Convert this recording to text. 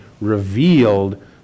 revealed